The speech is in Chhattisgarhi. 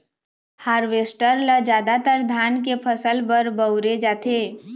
हारवेस्टर ल जादातर धान के फसल बर बउरे जाथे